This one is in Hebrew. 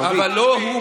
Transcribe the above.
ערבית.